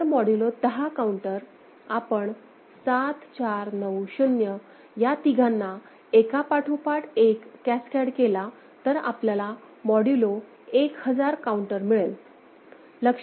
जर modulo 10 counter आपण 7490 या तिघांना एकापाठोपाठ एक कॅस्केड केला तर आपल्याला मॉड्यूलो 1000 काऊंटर मिळेल